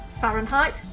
Fahrenheit